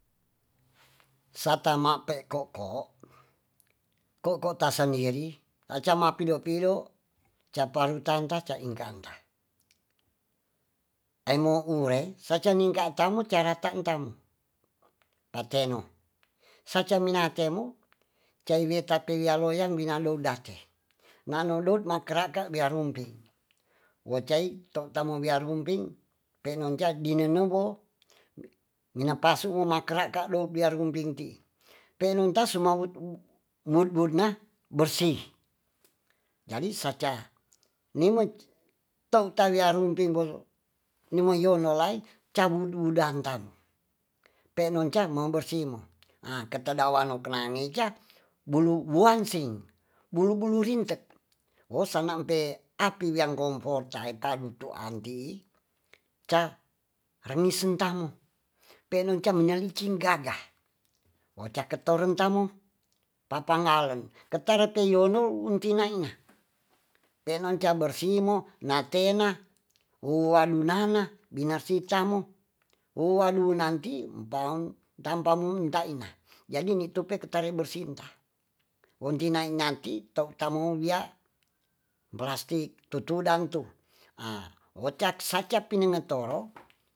Satamape koko, koko tasandiri acama poro-poro caparu tata caikanta aimo ure sacaningkatamu cara tantam pateno sacaminatemu caiweta piya loyang binanodate nanodut makaraka bia rumping wacai tamarumping penonca dinaduwo mina pasu makerado biarumbingti penontas sumawedu nubutna bersi jadi saca nimet tataurumping donolai cabu dudangtam penoncang maubarsimo ketadawango kenangeca bulu buansing bulu-bulu rintek bosampe api komportae kadutu anti caremisentang penucang menyelidin gaga bocakerumtamo papa ngaleng keta depoyono untni ina penocabersimo natena ualunana binarsitamo uadunanti mpang tamumutaina jadi nitupe keterabersita wenteinanti tomowiya blastik tutudantu ocak sacap meningatoro.